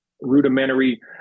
rudimentary